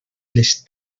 les